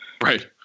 right